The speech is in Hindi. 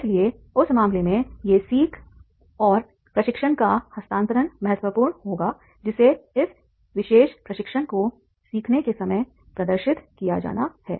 इसलिए उस मामले में ये सीख और प्रशिक्षण का हस्तांतरण महत्वपूर्ण होगा जिसे इस विशेष प्रशिक्षण को सीखने के समय प्रदर्शित किया जाना है